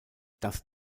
dass